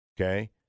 Okay